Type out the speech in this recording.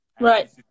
Right